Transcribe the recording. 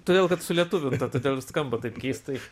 todėl kad su lietuvių ta to skamba taip keistai